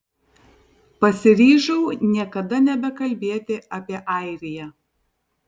pasiryžau niekada nebekalbėti apie airiją